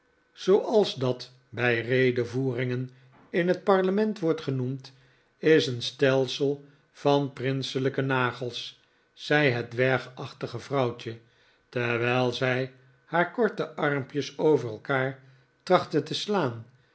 zooals dat bij redevoeringen in het parlement wordt genoemd is een stelsel van prinselijke nagels zei het dwergachtige vrouwtje terwijl zij haar korte armpjes over elkaar trachtte te slaan